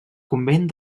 convent